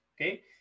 okay